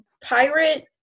pirate